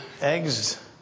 eggs